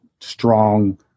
strong